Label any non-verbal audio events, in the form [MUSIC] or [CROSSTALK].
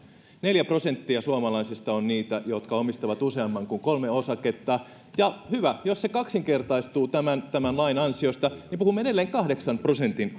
neljä prosenttia suomalaisista on niitä jotka omistavat useamman kuin kolme osaketta ja hyvä jos se kaksinkertaistuu tämän tämän lain ansiosta mutta silloin puhumme edelleen kahdeksan prosentin [UNINTELLIGIBLE]